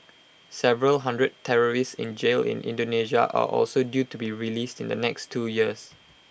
several hundred terrorists in jail in Indonesia are also due to be released in the next two years